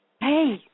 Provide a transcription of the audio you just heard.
Hey